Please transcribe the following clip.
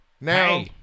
Now